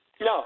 No